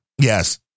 Yes